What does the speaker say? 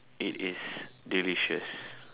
it is delicious